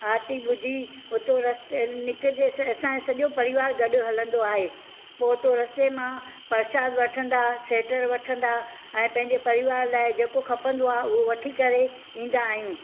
आरती ॿुधी उते निकिरजे अ असांजो सॼो परिवार गॾु हलंदो आहे पोइ उते रस्ते मां पर्शाद वठंदा सीटरु वठंदा ऐं पंहिंजे परिवार लाइ जेको खपंदो आहे उहो वठी करे ईंदा आहियूं